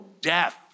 death